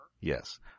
Yes